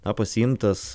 na pasiimtas